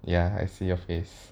ya I see your face